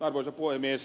arvoisa puhemies